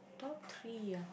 top three ah